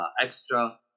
extra